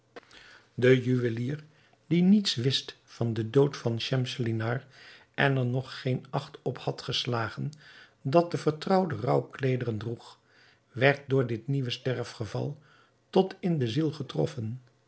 de juwelier die niets wist van den dood van schemselnihar en er nog geen acht op had geslagen dat de vertrouwde rouwkleederen droeg werd door dit nieuwe sterfgeval tot in de ziel getroffen